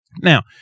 Now